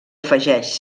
afegeix